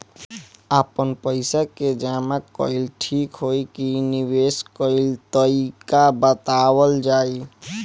आपन पइसा के जमा कइल ठीक होई की निवेस कइल तइका बतावल जाई?